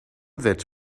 that